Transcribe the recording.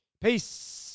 Peace